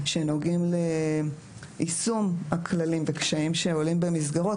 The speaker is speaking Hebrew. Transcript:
שנוגעים ליישום הכללים וקשיים שעולים במסגרת,